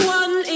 one